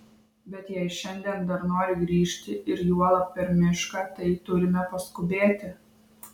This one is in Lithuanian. bet jei šiandien dar nori grįžti ir juolab per mišką tai turime paskubėti